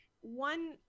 one